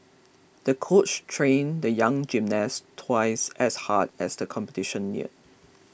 the coach trained the young gymnast twice as hard as the competition neared